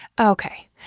Okay